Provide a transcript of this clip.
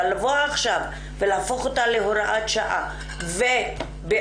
אבל לבוא עכשיו ולהפוך אותה להוראת שעה ובעוד